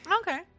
Okay